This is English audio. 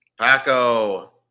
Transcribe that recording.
Paco